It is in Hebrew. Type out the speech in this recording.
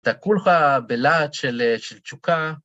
תקעו לך בלהט של תשוקה.